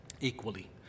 equally